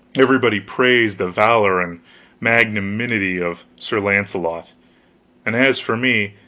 everybody praised the valor and magnanimity of sir launcelot and as for me,